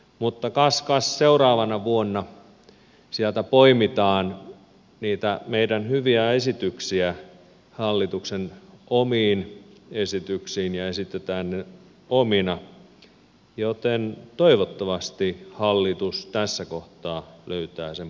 mutta kas kas seuraavana vuonna sieltä poimitaan niitä meidän hyviä esityksiä hallituksen omiin esityksiin ja esitetään ne omina joten toivottavasti hallitus tässä kohtaa löytää sen punaisen langan